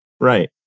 Right